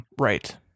Right